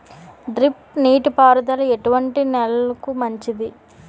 Drip నీటి పారుదల ఎటువంటి నెలలకు మంచిది?